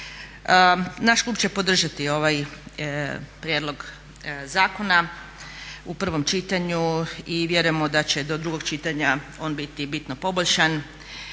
Naš klub će podržati ovaj prijedlog zakona u prvom čitanju i vjerujemo da će do drugog čitanja on biti bitno poboljšan.